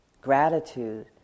gratitude